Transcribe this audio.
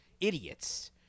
idiots